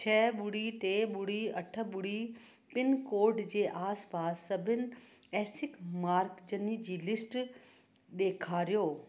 छह ॿुड़ी टे ॿुड़ी अठ ॿुड़ी पिनकोड जे आसपास सभिनि एसिक मर्कज़नि जी लिस्ट ॾेखारियो